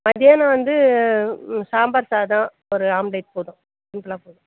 மத்தியானம் வந்து சாம்பார் சாதம் ஒரு ஆம்லெட் போதும் சிம்ப்ளாக போதும்